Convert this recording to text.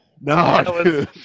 No